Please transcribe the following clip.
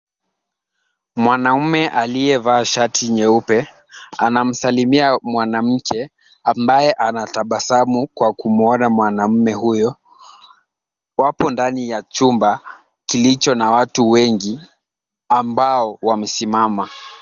Mwanaume aliyevaa shati nyeupe, anamsalimia mwanamke ambaye anatabasamu kwa kumwona mwanaume huyo. Wapo ndani ya chumba kilicho na watu wengi ambao wamesimama.